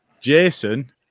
Jason